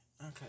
Okay